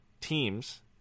teams